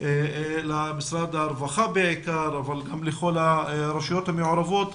למשרד הרווחה בעיקר, אבל גם לכל הרשויות המעורבות,